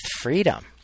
freedom